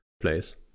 place